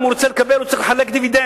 אם הוא ירצה לקבל הוא יצטרך לחלק דיבידנד.